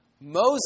Moses